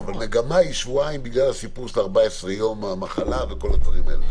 המגמה היא שבועיים בגלל הסיפור של 14 ימי המחלה וכל הדברים האלה.